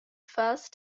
first